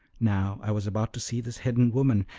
now i was about to see this hidden woman,